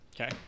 Okay